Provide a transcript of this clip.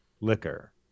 liquor